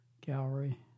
Gallery